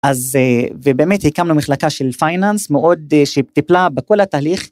אז ובאמת הקמנו מחלקה של פייננס מאוד שטיפלה בכל התהליך.